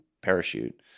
parachute